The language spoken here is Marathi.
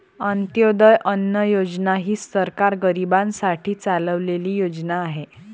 अंत्योदय अन्न योजना ही सरकार गरीबांसाठी चालवलेली योजना आहे